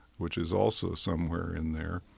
which is also somewhere in there,